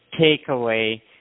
takeaway